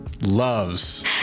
loves